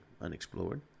unexplored